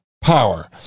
power